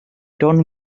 done